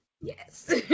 Yes